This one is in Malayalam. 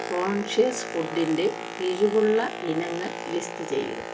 കോൺഷ്യസ് ഫുഡിന്റെ കിഴിവുള്ള ഇനങ്ങൾ ലിസ്റ്റ് ചെയ്യുക